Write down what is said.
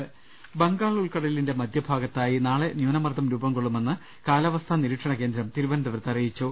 അബംഗാൾ ഉൾക്കടലിന്റെ മധ്യഭാഗത്തായി നാളെ ന്യൂനമർദ്ദം രൂപം കൊള്ളുമെന്ന് കാലാവസ്ഥാ നിരീക്ഷണകേന്ദ്രം തിരുവനന്തപുരത്ത് അറിയിച്ചു